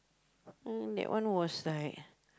mm that one was like